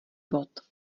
bod